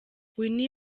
winnie